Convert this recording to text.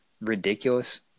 ridiculous